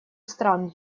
стран